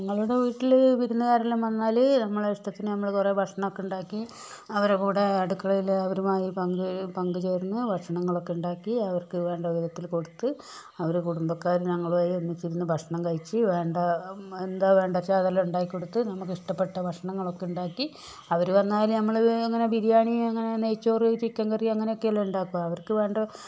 ഞങ്ങളുടെ വീട്ടില് വിരുന്നുകാർ എല്ലാം വന്നാല് നമ്മളുടെ ഇഷ്ടത്തിന് നമ്മള് കുറേ ഭക്ഷണം ഒക്കെ ഉണ്ടാക്കി അവരുടെ കൂടെ അടുക്കളയില് അവരുമായി പങ്ക് പങ്കുചേർന്ന് ഭക്ഷണങ്ങൾ ഒക്കെ ഉണ്ടാക്കി അവർ വേണ്ട വിധത്തിൽ കൊടുത്ത് അവര് കുടുംബക്കാർ ഞങ്ങൾ ഒരുമിച്ച് ഇരുന്ന് ഭക്ഷണം കഴിച്ച് വേണ്ട എന്താ വേണ്ടത് എന്ന് വെച്ചാൽ അത് എല്ലാം ഉണ്ടാക്കി കൊടുത്ത് നമുക്ക് ഇഷ്ടപ്പെട്ട ഭക്ഷണങ്ങൾ ഒക്കെ ഉണ്ടാക്കി അവര് വന്നാൽ നമ്മള് അങ്ങനെ ബിരിയാണി അങ്ങനെ നെയ്ച്ചോറ് ചിക്കൻ കറി അങ്ങനെയൊക്കെ അല്ലെ ഉണ്ടാക്കുക അവർക്ക് വേണ്ടത്